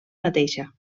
mateixa